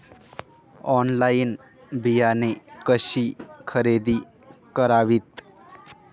Online बियाणे कशी खरेदी करावीत?